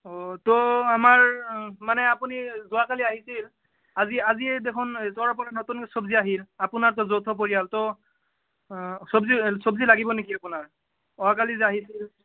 অঁ ত' আমাৰ মানে আপুনি যোৱাকালি আহিছিল আজি আজিয় দেখোন চৰৰ পৰা নতুনক চব্জি আহিল আপোনাৰ ত' যৌথ পৰিয়াল ত' চব্জি চব্জি লাগিব নেকি আপোনাৰ অহাকালি যে আহিছিল